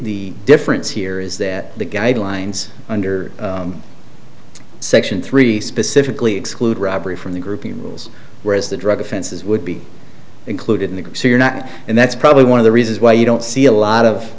the difference here is that the guidelines under section three specifically exclude robbery from the grouping rules whereas the drug offenses would be included in the sea or not and that's probably one of the reasons why you don't see a lot of